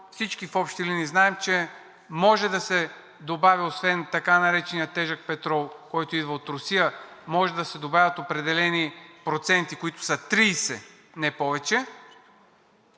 всички в общи линии знаем, че може да се добави – освен така наречения тежък петрол, който идва от Русия – може да се добавят определени проценти, които са тридесет, не повече?